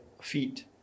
feet